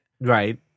Right